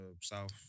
South